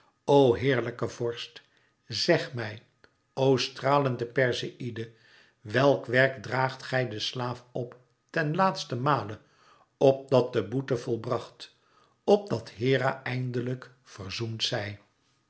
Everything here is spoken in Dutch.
o heerlijke vorst zeg mij o stralende perseïde welk werk draagt gij den slaaf op ten làatste male opdat de boete volbracht opdat hera eindelijk verzoend zij